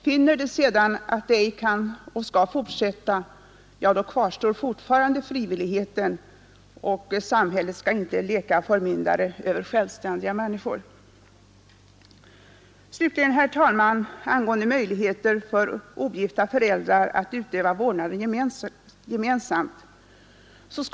Finner makarna att äktenskapet ej skall fortsätta kvarstår fortfarande frivilligheten — samhället skall inte leka förmyndare över självständiga människor. Slutligen skall jag, herr talman, utan att argumentera angående öjligheten för ogif att jag delar den ås bifall till.